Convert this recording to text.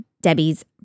Debbie's